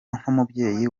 nk’umubyeyi